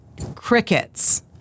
crickets